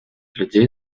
людей